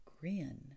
grin